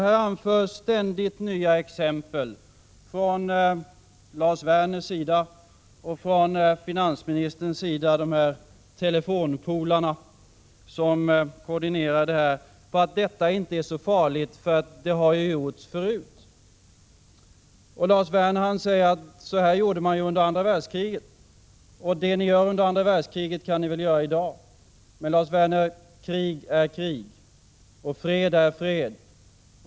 Här anförs ständigt nya exempel från Lars Werner och från finansministern om de här ”telefonpolarna”, som koordinerar detta och menar att detta inte är så farligt för det har ju gjorts förut. Lars Werner säger att man ju gjorde så här under andra världskriget. Det ni gjorde under andra världskriget kan ni väl göra i dag, menar han. Men, Lars Werner, krig är krig och fred är fred.